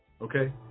okay